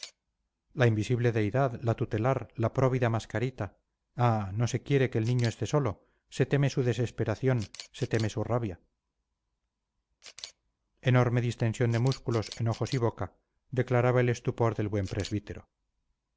la invisible deidad la tutelar la próvida mascarita ah no se quiere que el niño esté solo se teme su desesperación se teme su rabia enorme distensión de músculos en ojos y boca declaraba el estupor del buen presbítero